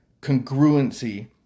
congruency